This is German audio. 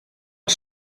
ein